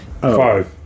Five